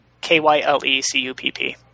K-Y-L-E-C-U-P-P